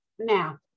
Now